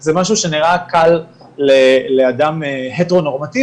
זה משהו שנראה קל לאדם הטרו-נורמטיבי,